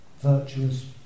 virtuous